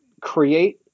create